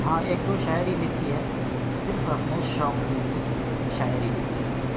ہاں ایک دو شاعری لکھی ہے صرف اپنے شوق کے لئے شاعری لکھی ہے